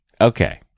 okay